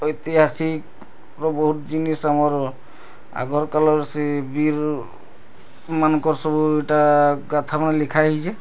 ଐତିହାସିକ୍ର ବହୁତ୍ ଜିନିଷ୍ ଆମର୍ ଆଗର୍ କାଲର୍ ସେଇ ବୀର୍ମାନଙ୍କର୍ ସବୁ ଇଟା ଗାଥାମାନେ ଲିଖା ହେଇଛେ